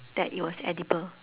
that it was edible